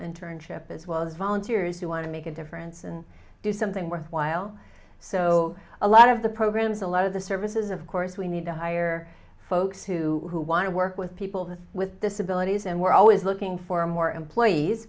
internship as well as volunteers who want to make a difference and do something worthwhile so a lot of the programs a lot of the services of course we need to hire folks who want to work with people with disabilities and we're always looking for more employees